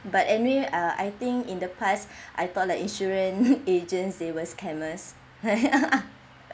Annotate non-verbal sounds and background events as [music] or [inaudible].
but anyway uh I think in the past [breath] I thought uh insurance agents they were scammers [laughs]